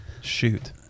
Shoot